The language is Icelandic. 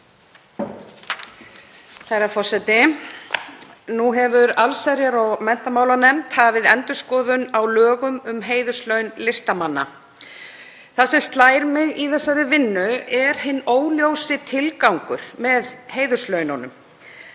Herra forseti. Nú hefur allsherjar- og menntamálanefnd hafið endurskoðun á lögum um heiðurslaun listamanna. Það sem slær mig í þeirri vinnu er hinn óljósi tilgangur með heiðurslaununum.